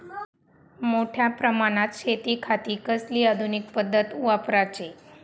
मोठ्या प्रमानात शेतिखाती कसली आधूनिक पद्धत वापराची?